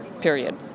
period